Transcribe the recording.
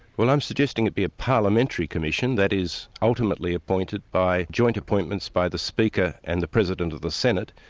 well i'm suggesting it be a parliamentary commission, that is ultimately appointed by joint appointments by the speaker and the president of the senate.